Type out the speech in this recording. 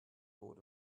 board